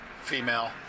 female